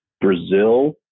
Brazil